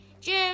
Jim